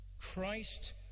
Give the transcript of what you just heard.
Christ